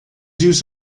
use